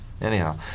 Anyhow